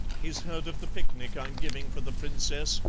he's heard of the picnic i'm giving for the princess,